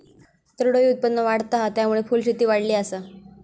दरडोई उत्पन्न वाढता हा, त्यामुळे फुलशेती वाढली आसा